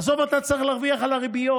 עזוב, אתה צריך להרוויח על הריביות.